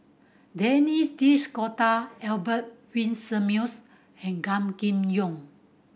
Denis Albert Winsemius and Gan Kim Yong